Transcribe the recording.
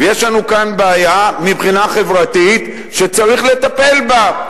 ויש לנו כאן בעיה מבחינה חברתית שצריך לטפל בה.